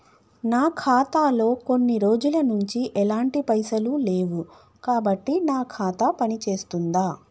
నా ఖాతా లో కొన్ని రోజుల నుంచి ఎలాంటి పైసలు లేవు కాబట్టి నా ఖాతా పని చేస్తుందా?